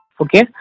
Okay